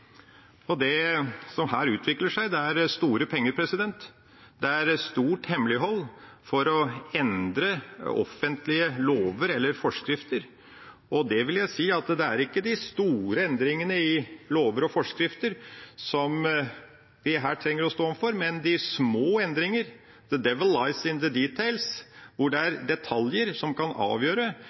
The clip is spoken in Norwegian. involvert. Det som her utvikler seg, dreier seg om store penger, og det er stort hemmelighold, for å endre offentlige lover eller forskrifter. Og jeg vil si at det er ikke de store endringene i offentlige lover og forskrifter vi her trenger å stå overfor, men de små endringene – «the devil lies in the details» – der det er detaljer som kan avgjøre